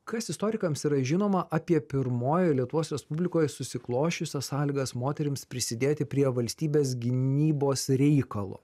kas istorikams yra žinoma apie pirmojoje lietuvos respublikoje susiklosčiusias sąlygas moterims prisidėti prie valstybės gynybos reikalo